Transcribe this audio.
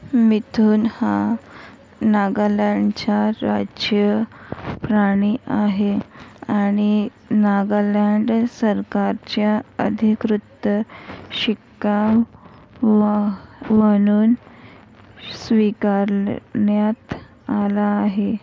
मिथुन हा नागालँडच्या राज्य प्राणी आहे आणि नागालँड सरकारच्या अधिकृत शिक्का व म्हणून स्वीकारलं ण्यात आला आहे